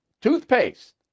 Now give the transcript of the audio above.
toothpaste